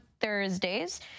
thursdays